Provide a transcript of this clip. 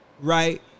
right